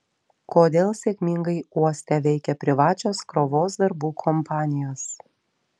kodėl sėkmingai uoste veikia privačios krovos darbų kompanijos